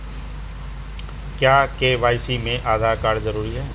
क्या के.वाई.सी में आधार कार्ड जरूरी है?